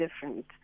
different